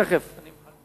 אני מחכה